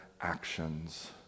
actions